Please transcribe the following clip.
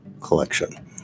collection